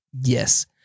Yes